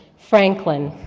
franklin,